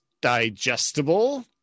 digestible